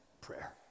prayer